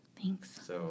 Thanks